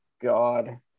God